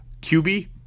QB